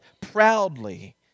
proudly